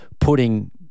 putting